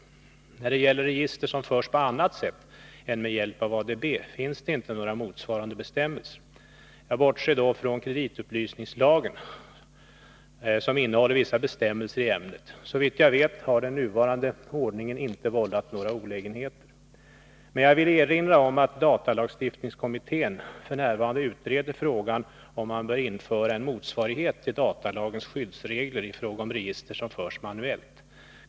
När det gäller register som förs på annat sätt än med hjälp av ADB finns det inte några motsvarande bestämmelser. Jag bortser då från att kreditupplysningslagen innehåller vissa bestämmelser i ämnet. Såvitt jag vet har den nuvarande ordningen inte vållat några olägenheter. Jag vill dock erinra om att datalagstiftningskommittén f.n. utreder frågan om man bör införa en motsvarighet till datalagens skyddsregler i fråga om register som förs manuellt.